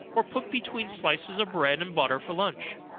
or put between slices of bread and butter for lunch,